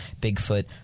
Bigfoot